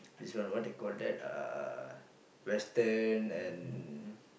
this one what they call that uh Western and